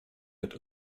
wird